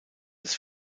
das